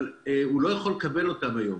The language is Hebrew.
אבל הוא לא יכול לקבל אותן היום.